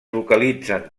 localitzen